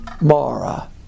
Mara